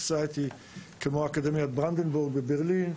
אקדמיית ברנדרבורג בברלין,